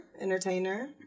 entertainer